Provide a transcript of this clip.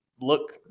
look